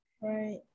Right